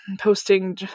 posting